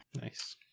Nice